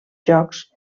jocs